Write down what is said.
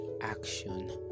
action